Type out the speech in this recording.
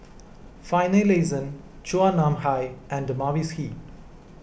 Finlayson Chua Nam Hai and Mavis Hee